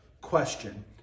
question